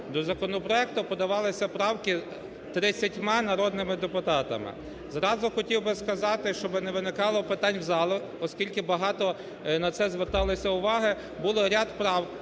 До законопроекту подавалися правки 30-ма народними депутатами. Зразу хотів би сказати, щоби не виникало питань залу, оскільки багато на це зверталося уваги, було ряд правок